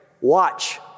watch